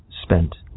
spent